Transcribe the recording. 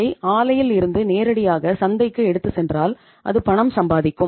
அதை ஆலையில் இருந்து நேரடியாக சந்தைக்கு எடுத்துச் சென்றால் அது பணம் சம்பாதிக்கும்